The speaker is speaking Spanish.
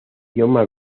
idioma